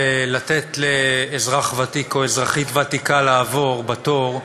ולתת לאזרח ותיק או אזרחית ותיקה לעבור בתור,